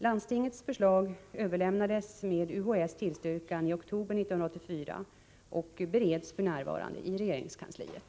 Landstingets förslag överlämnades med UHÄ:s tillstyrkan i oktober 1984 och bereds f.n. i regeringskansliet.